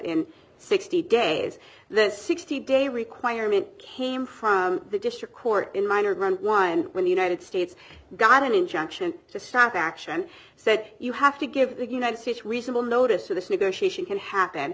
in sixty days the sixty day requirement came from the district court in minor one when the united states got an injunction to stop action said you have to give the united states reasonable notice of this negotiation can happen